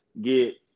get